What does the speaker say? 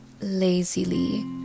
lazily